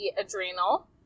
adrenal